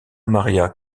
maria